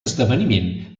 esdeveniment